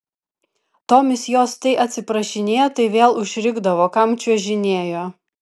tomis jos tai atsiprašinėjo tai vėl užrikdavo kam čiuožinėjo